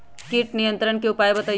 किट नियंत्रण के उपाय बतइयो?